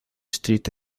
street